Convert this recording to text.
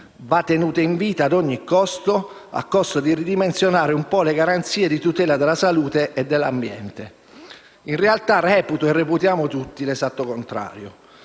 Va tenuta in vita anche a costo di ridimensionare un po' le garanzie a tutela della salute e dell'ambiente. In realtà, reputo - e reputiamo tutti - vero l'esatto contrario: